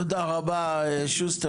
תודה רבה שוסטר.